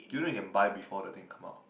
do you know you can buy before the thing come out